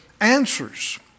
answers